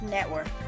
Network